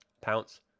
Pounce